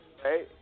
Hey